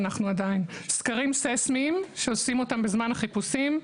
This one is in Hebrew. סקרים סיסמיים שעושים אותם בזמן החיפושים,